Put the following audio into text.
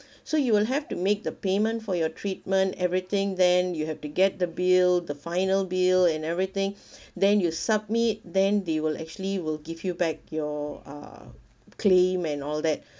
so you will have to make the payment for your treatment everything then you have to get the bill the final bill and everything then you submit then they will actually will give you back your uh claim and all that